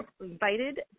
invited